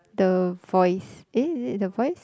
the voice eh is it the voice